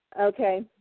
okay